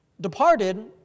departed